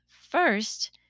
first